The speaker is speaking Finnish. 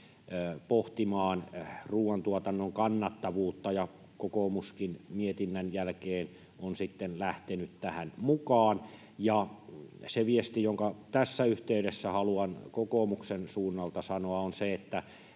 pohtimaan ruuantuotannon kannattavuutta, ja kokoomuskin mietinnän jälkeen on sitten lähtenyt tähän mukaan. Se viesti, jonka tässä yhteydessä haluan kokoomuksen suunnalta sanoa, on se, että